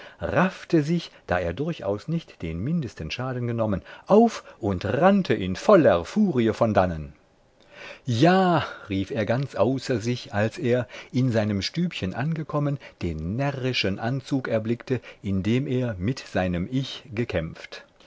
raffte sich da er durchaus nicht den mindesten schaden genommen auf und rannte in voller furie von dannen ja rief er ganz außer sich als er in seinem stübchen angekommen den närrischen anzug erblickte in dem er mit seinem ich gekämpft